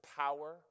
power